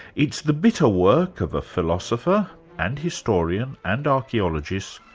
it's the bitter work of a philosopher and historian and archaeologist,